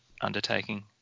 undertaking